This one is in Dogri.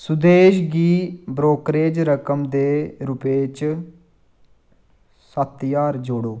सुदेश गी ब्रोकरेज रकम दे रूपै च सत्त ज्हार जोड़ो